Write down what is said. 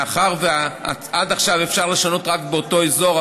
מאחר שעד עכשיו היה אפשר לשנות רק באותו אזור,